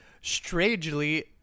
Strangely